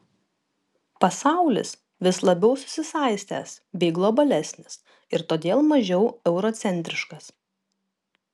pasaulis vis labiau susisaistęs bei globalesnis ir todėl mažiau eurocentriškas